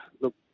look